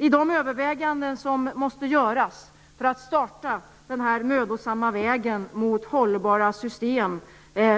I de överväganden som måste göras när det gäller att starta denna mödosamma väg mot hållbara system